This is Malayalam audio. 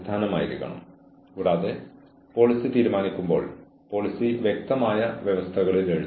നിങ്ങൾ ജീവനക്കാരോട് വ്യത്യസ്തമായി പെരുമാറുന്നില്ല